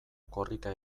korrika